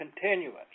continuance